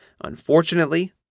Unfortunately